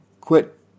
quit